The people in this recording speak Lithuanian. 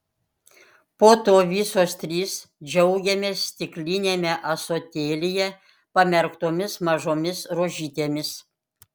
po to visos trys džiaugiamės stikliniame ąsotėlyje pamerktomis mažomis rožytėmis